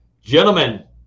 gentlemen